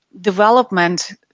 development